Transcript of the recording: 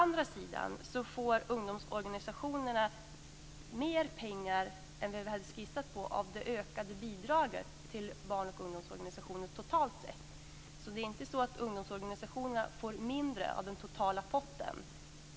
Å andra sidan får ungdomsorganisationerna mer pengar än vad vi hade skissat på av det ökade bidraget till barn och ungdomsorganisationer totalt sett. Ungdomsorganisationerna får alltså inte mindre pengar av den totala potten.